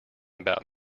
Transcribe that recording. about